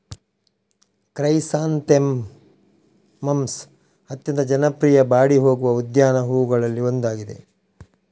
chrysanthemums ಅತ್ಯಂತ ಜನಪ್ರಿಯ ಬಾಡಿ ಹೋಗುವ ಉದ್ಯಾನ ಹೂವುಗಳಲ್ಲಿ ಒಂದಾಗಿದೆ